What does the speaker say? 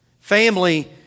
Family